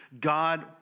God